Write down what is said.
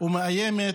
ומאיימת